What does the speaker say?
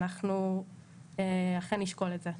אנחנו אכן נשקול את זה.